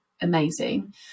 amazing